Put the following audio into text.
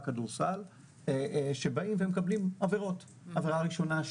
כדורסל שמקבלים עבירות ולא ישר עבירה כמו